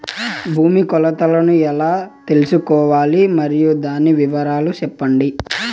భూమి కొలతలను ఎలా తెల్సుకోవాలి? మరియు దాని వివరాలు సెప్పండి?